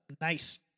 nice